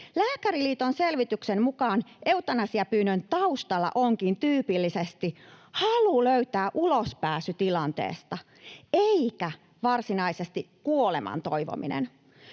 Lääkäriliiton selvityksen mukaan eutanasiapyynnön taustalla onkin tyypillisesti halu löytää ulospääsy tilanteesta eikä varsinaisesti kuoleman toivominen.